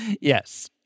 Yes